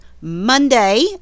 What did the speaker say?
Monday